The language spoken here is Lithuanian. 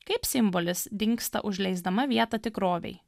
kaip simbolis dingsta užleisdama vietą tikrovei